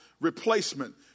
replacement